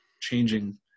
changing